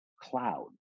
cloud